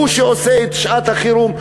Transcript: הוא שעושה את שעת החירום,